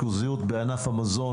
הטיפול במונופולין ובריכוזיות בענף המזון,